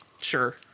Sure